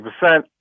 100%